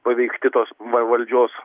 paveikti tos va valdžios